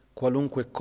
qualunque